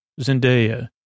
Zendaya